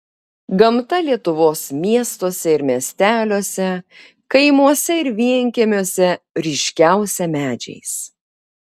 gamta lietuvos miestuose ir miesteliuose kaimuose ir vienkiemiuose ryškiausia medžiais